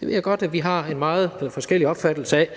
Det ved jeg godt vi har en meget forskellig opfattelse af.